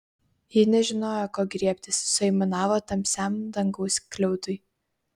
ji nežinojo ko griebtis suaimanavo tamsiam dangaus skliautui